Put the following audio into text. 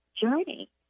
journey